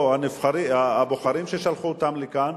או את הבוחרים ששלחו אותם לכאן.